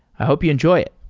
i hope you enjoy it.